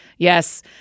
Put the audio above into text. Yes